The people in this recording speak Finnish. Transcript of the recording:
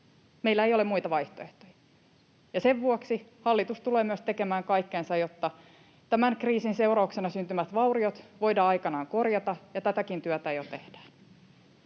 Meillä ei ole muita vaihtoehtoja, ja sen vuoksi hallitus tulee myös tekemään kaikkensa, jotta tämän kriisin seurauksena syntyvät vauriot voidaan aikanaan korjata, ja tätäkin työtä jo tehdään.